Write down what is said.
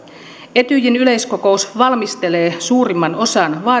etyjin yleiskokous valmistelee suurimman osan